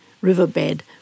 riverbed